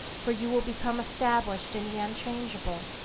for you will become established in the unchangeable,